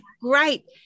great